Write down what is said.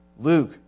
Luke